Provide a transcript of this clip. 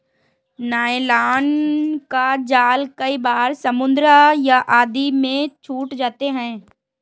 nylon का जाल कई बार समुद्र आदि में छूट जाते हैं